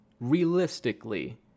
realistically